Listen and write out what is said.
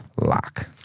lock